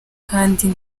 kandi